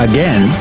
Again